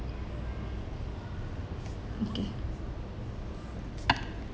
okay